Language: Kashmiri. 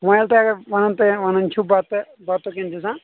وۄنۍ ییٚلہِ تۄہہِ اگر وَنان تۄہہِ وَنان چھُو بَتہٕ بَتُک انتظام